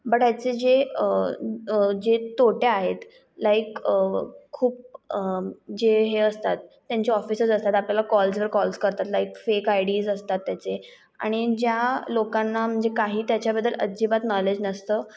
but याचे जे जे तोटे आहेत लाईक खूप जे हे असतात त्यांचे ऑफिसेस असतात आपल्याला कॉल्सवर कॉल्स करतात लाईक फेक आयडीज् असतात त्याचे आणि ज्या लोकांना म्हणजे काही त्याच्याबद्दल अजिबात नॉलेज नसतं